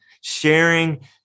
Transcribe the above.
sharing